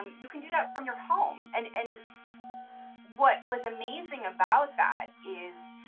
um you can do that from your home. and and what was amazing about that is